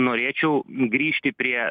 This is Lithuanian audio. norėčiau grįžti prie